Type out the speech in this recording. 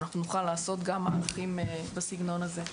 אנחנו נוכל לעשות גם מהלכים בסגנון הזה.